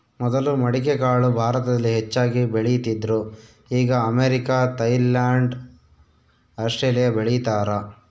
ಮೊದಲು ಮಡಿಕೆಕಾಳು ಭಾರತದಲ್ಲಿ ಹೆಚ್ಚಾಗಿ ಬೆಳೀತಿದ್ರು ಈಗ ಅಮೇರಿಕ, ಥೈಲ್ಯಾಂಡ್ ಆಸ್ಟ್ರೇಲಿಯಾ ಬೆಳೀತಾರ